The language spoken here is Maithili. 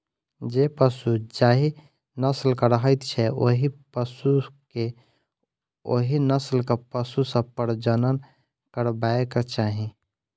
जे पशु जाहि नस्लक रहैत छै, ओहि पशु के ओहि नस्लक पशु सॅ प्रजनन करयबाक चाही